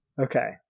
Okay